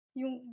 yung